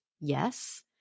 Yes